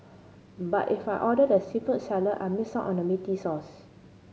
but if I order the seafood salad I miss out on the meaty sauce